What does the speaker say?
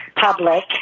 public